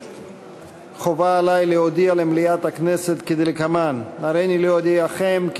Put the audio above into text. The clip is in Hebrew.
חובה עלי להודיע למליאת הכנסת כדלקמן: הריני להודיעכם כי